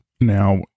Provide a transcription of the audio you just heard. Now